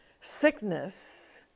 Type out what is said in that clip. sickness